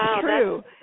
true